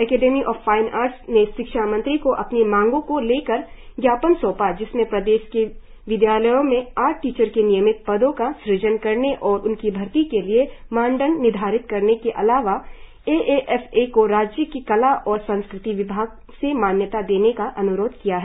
academy of fine arts ने शिक्षा मंत्री को अपनी मांगो को लेकर जापन सौंपा जिसमें प्रदेश के विद्यालयों में आर्ट टीचर के नियमित पदो का सूजन करने और उनकी भर्ती के लिए मानदंड निर्धारित करने के अलावा ए ए एफ ए को राज्य के कला और संस्कृति विभाग से मान्यता देने का अन्रोध किया है